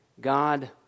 God